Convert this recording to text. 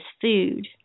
food